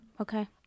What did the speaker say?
Okay